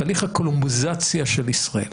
תהליך הקולומביזציה של ישראל.